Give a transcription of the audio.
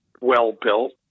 well-built